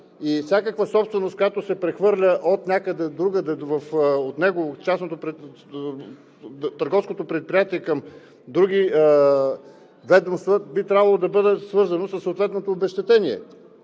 и всякаква собственост, която се прехвърля отнякъде другаде – от търговското предприятие към други ведомства, би трябвало да бъде свързано със съответното обезщетение